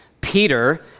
Peter